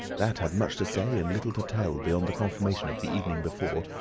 that had much to say and little to tell, beyond the confirmation of the evening before,